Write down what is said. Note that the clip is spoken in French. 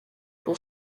pour